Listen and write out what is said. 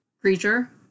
creature